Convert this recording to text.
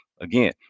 again